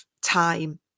time